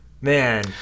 man